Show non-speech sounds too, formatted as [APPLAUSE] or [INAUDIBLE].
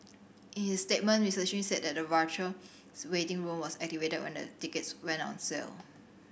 in his statement Mister Chin said that the virtual [UNINTELLIGIBLE] waiting room was activated when the tickets went on sale